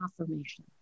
affirmation